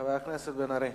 חבר הכנסת בן-ארי,